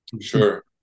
Sure